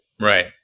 Right